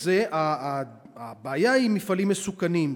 הבעיה היא מפעלים מסוכנים,